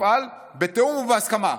תופעל בתיאום ובהסכמה,